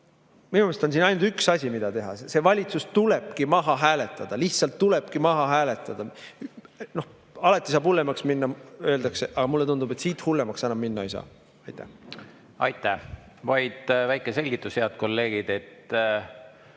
Minu meelest on siin ainult üks asi, mida teha: see valitsus tuleb maha hääletada, lihtsalt tulebki maha hääletada. Alati saab hullemaks minna, öeldakse. Aga mulle tundub, et siit hullemaks enam minna ei saa. Aitäh! Aitäh! Vaid väike selgitus, head kolleegid.